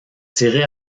tiré